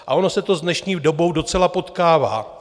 A ono se to s dnešní dobou docela potkává.